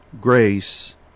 grace